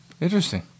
Interesting